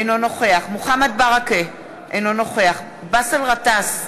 אינו נוכח מוחמד ברכה, אינו נוכח באסל גטאס,